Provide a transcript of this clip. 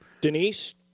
Denise